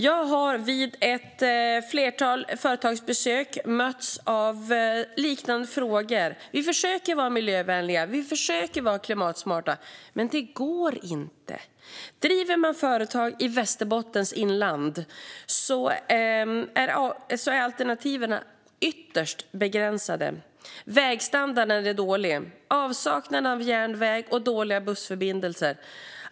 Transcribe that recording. Jag har vid ett flertal företagsbesök mötts av liknande frågor - vi försöker vara miljövänliga och klimatsmarta, men det går inte. Driver man företag i Västerbottens inland är alternativen ytterst begränsade. Vägstandarden är dålig. Järnväg saknas och bussförbindelserna är dåliga.